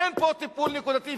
אין פה טיפול נקודתי.